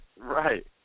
Right